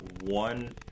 one